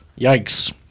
Yikes